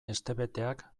hestebeteak